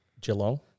Geelong